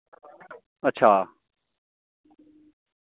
अच्छा